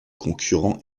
concurrents